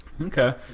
okay